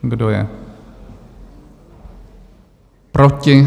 Kdo je proti?